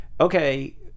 okay